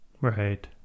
Right